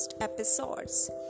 episodes